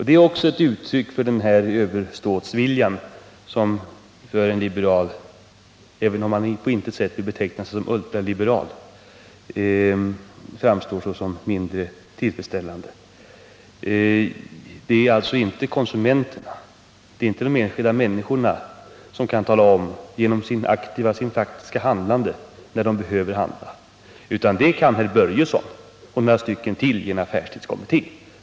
Det är också ett uttryck för den översåtsvilja som för en liberal — även om man på intet sätt vill beteckna sig som ultraliberal — framstår såsom mindre tillfredsställande. Det är alltså inte de enskilda människorna som genom sitt faktiska handlande kan tala om när de behöver handla, utan det kan herr Börjesson och några stycken till i en affärstidskommitté!